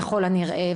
ככל הנראה,